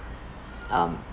um